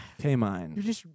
K-Mine